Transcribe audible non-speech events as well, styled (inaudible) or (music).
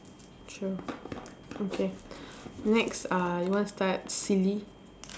true (noise) okay next uh you want start silly